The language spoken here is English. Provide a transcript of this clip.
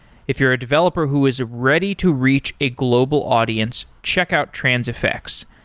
if you're a developer who is ready to reach a global audience, check out transifex.